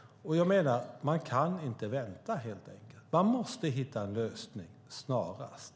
Jag menar att man helt enkelt inte kan vänta. Man måste hitta en lösning snarast.